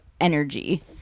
energy